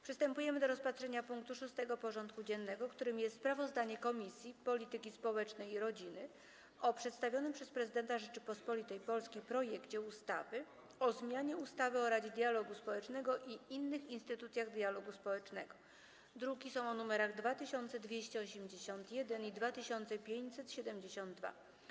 Przystępujemy do rozpatrzenia punktu 6. porządku dziennego: Sprawozdanie Komisji Polityki Społecznej i Rodziny o przedstawionym przez Prezydenta Rzeczypospolitej Polskiej projekcie ustawy o zmianie ustawy o Radzie Dialogu Społecznego i innych instytucjach dialogu społecznego (druki nr 2281 i 2572)